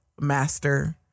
master